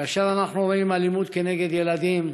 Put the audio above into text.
כאשר אנחנו רואים אלימות נגד ילדים,